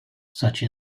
such